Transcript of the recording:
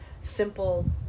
simple